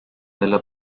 della